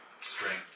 Strength